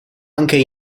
anche